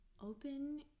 open